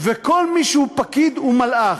וכל מי שהוא פקיד הוא מלאך.